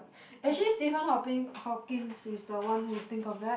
actually Stephen Hawping Hawkings is the one who think of that